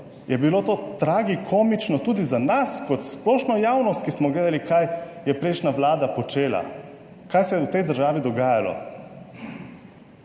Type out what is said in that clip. je bilo to tragikomično tudi za nas kot splošno javnost, ki smo gledali, kaj je prejšnja vlada počela, kaj se je v tej državi dogajalo.